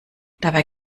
dabei